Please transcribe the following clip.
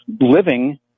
living